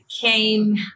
came